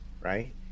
right